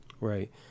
right